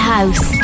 House